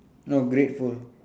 no grateful